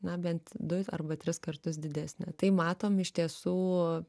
na bent du arba tris kartus didesnė tai matom iš tiesų